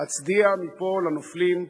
להצדיע מפה לנופלים,